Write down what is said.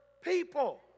people